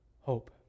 hope